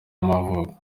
y’amavuko